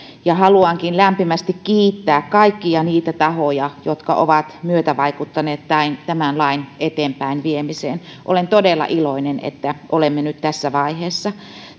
ja haluankin lämpimästi kiittää kaikkia niitä tahoja jotka ovat myötävaikuttaneet tämän lain eteenpäinviemiseen olen todella iloinen että olemme nyt tässä vaiheessa